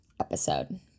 episode